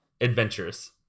adventures